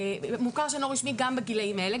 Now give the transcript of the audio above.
מוכר שאינו רשמי גם בגילאים האלה.